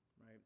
right